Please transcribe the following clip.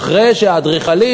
אחרי שאדריכלים,